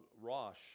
Rosh